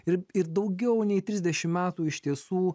ir ir daugiau nei trisdešim metų iš tiesų